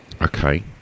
Okay